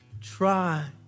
try